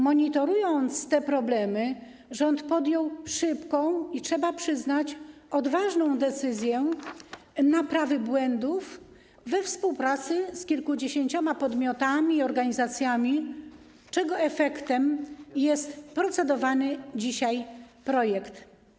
Monitorując te problemy, rząd podjął szybką i - trzeba przyznać - odważną decyzję naprawy błędów we współpracy z kilkudziesięcioma podmiotami i organizacjami, czego efektem jest procedowany dzisiaj projekt.